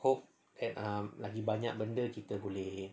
hope lagi banyak benda kita boleh